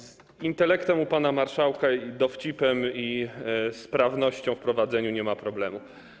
Z intelektem u pana marszałka, dowcipem i sprawnością w prowadzeniu nie ma problemu.